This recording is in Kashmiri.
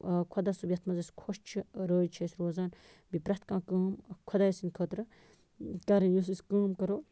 خۄدا صٲب یَتھ منٛز اَسہِ خوش چھُ رٲزۍ چھِ اَسہِ روزان بیٚیہِ پرٛٮ۪تھ کانٛہہ کٲم خۄداے سٕنٛدۍ خٲطرٕ کَرٕنۍ یُس أسۍ کٲم کَرو